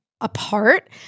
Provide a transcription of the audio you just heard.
apart